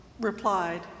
replied